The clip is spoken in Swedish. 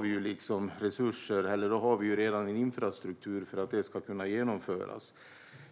Vi har alltså redan infrastruktur för att detta ska kunna genomföras.